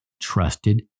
Trusted